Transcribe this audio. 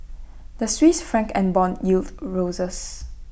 the Swiss Franc and Bond yields roses